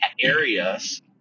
areas